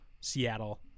Seattle